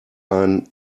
ein